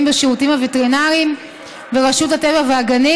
בשירותים הווטרינריים ורשות הטבע והגנים,